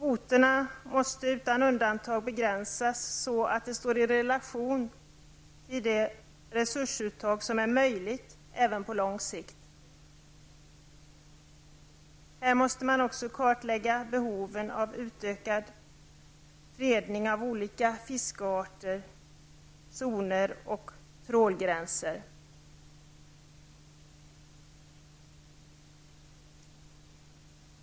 Kvoterna måste utan undantag begränsas så att de står i relation till de resursuttag som är möjliga även på lång sikt. Här måste man också kartlägga behoven av utökad fredning av olika fiskarter, zoner och trålgränser.